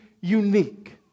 unique